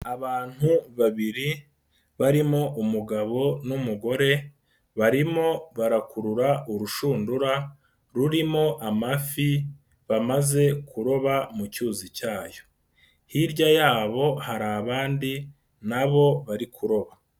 Abantu babiri barimo umugabo n'umugore, barimo barakurura urushundura rurimo amafi bamaze kuroba mu cyuzi cyayo. Hirya yabo hari abandi nabo bari kuroba.